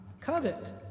covet